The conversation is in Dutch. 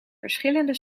verschillende